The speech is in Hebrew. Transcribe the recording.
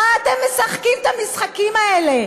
מה אתם משחקים את המשחקים האלה?